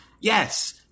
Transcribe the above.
Yes